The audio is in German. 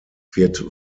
wird